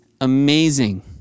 amazing